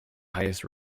highest